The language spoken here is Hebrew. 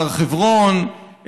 הר חברון,